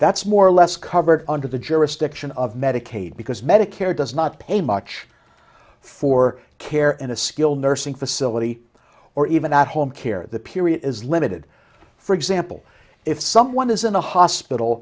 that's more or less covered under the jurisdiction of medicaid because medicare does not pay much for care in a skilled nursing facility or even at home care the period is limited for example if someone is in the hospital